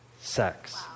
sex